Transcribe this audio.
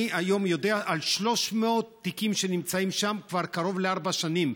אני היום יודע על 300 תיקים שנמצאים שם כבר קרוב לארבע שנים.